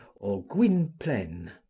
or gwynplaine,